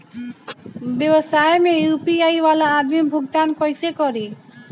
व्यवसाय में यू.पी.आई वाला आदमी भुगतान कइसे करीं?